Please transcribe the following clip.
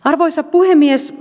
arvoisa puhemies